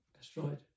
destroyed